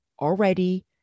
already